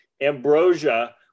ambrosia